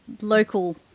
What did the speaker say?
local